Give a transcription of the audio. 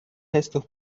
estos